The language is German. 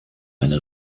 eine